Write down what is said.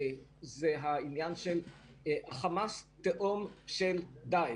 ולגבי העניין של המידע והאפשרות שלנו להוציא את זה החוצה,